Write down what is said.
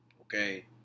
okay